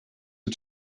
are